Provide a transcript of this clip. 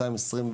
21',